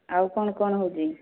ଆଉ କ'ଣ କ'ଣ ହେଉଛି